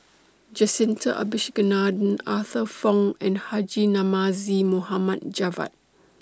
Jacintha Abisheganaden Arthur Fong and Haji Namazie Mohd Javad